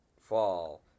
fall